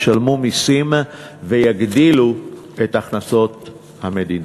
הם ישלמו מסים ויגדילו את הכנסות המדינה.